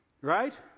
Right